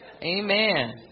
Amen